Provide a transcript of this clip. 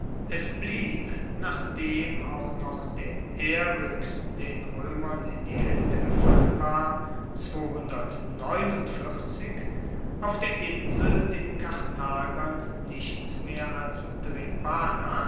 es blieb nachdem auch noch der eryx den roemern in die haende gefallen war auf der insel den karthagern nichts mehr als drepana